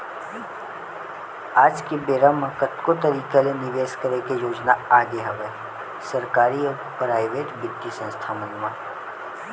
आज के बेरा म कतको तरिका ले निवेस करे के योजना आगे हवय सरकारी अउ पराइेवट बित्तीय संस्था मन म